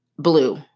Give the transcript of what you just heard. Blue